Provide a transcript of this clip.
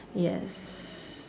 yes